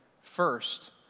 first